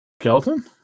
Skeleton